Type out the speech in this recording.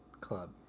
Club